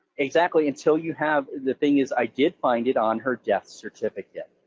exactly, until you have, the thing is, i did find it on her death certificate,